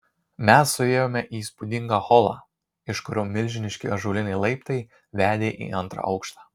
mes suėjome į įspūdingą holą iš kurio milžiniški ąžuoliniai laiptai vedė į antrą aukštą